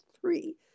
three